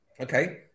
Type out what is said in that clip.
Okay